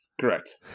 Correct